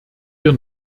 wir